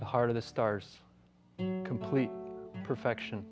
the heart of the stars complete perfection